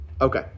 Okay